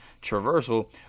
traversal